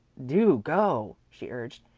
do go, she urged.